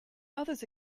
others